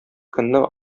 көнне